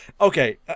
okay